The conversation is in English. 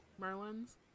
Merlins